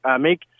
make